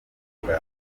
kwita